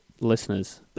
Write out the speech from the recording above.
listeners